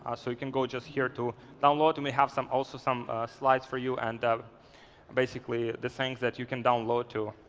ah so you can go just here to download. and we have also some slides for you and basically the things that you can download, to